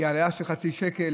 העלאה של חצי שקל.